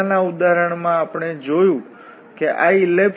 તેથી Green's theorem કહે છે કે આ સમાન હશે